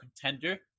contender